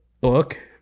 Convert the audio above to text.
book